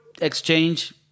exchange